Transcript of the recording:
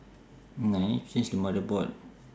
change the motherboard